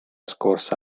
scorsa